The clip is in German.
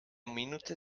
minute